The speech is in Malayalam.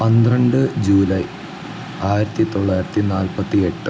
പന്ത്രണ്ട് ജൂലായ് ആയിരത്തി തൊള്ളായിരത്തി നാൽപ്പത്തി എട്ട്